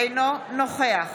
אינו נוכח